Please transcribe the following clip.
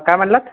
काय म्हणालात